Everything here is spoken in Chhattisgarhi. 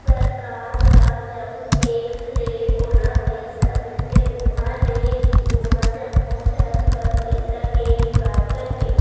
सरकार ल जउन टेक्स ले ओला पइसा मिलथे उहाँ ले ही ओहा जम्मो झन बर पइसा के जुगाड़ करथे